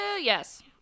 yes